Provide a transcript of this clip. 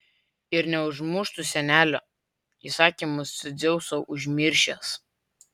ir neužmuštų senelio įsakymus dzeuso užmiršęs